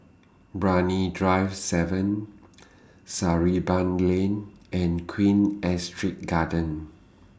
Brani Drive seven Sarimbun Lane and Queen Astrid Gardens